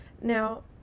Now